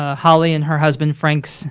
ah holly and her husband, frank,